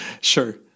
Sure